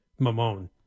Mamone